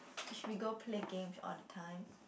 if we go play games all the time